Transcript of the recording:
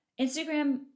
Instagram